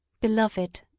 Beloved